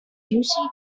gussie